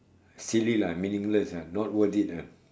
silly lah meaningless lah not worth it lah